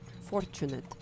fortunate